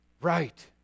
right